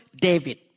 David